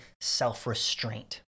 self-restraint